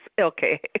Okay